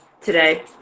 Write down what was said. today